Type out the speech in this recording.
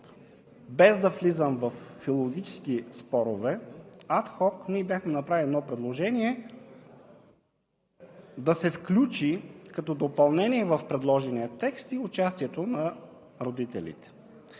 без да влизам във филологически спорове, адхок ние бяхме направили едно предложение – да се включи като допълнение в предложения текст и участието на родителите.